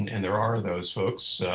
and there are those folks,